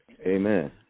Amen